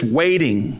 waiting